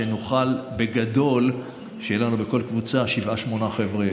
שנוכל בגדול שיהיה לנו בכל קבוצה שבעה-שמונה חבר'ה.